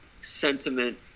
sentiment